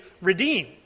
redeemed